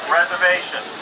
Reservation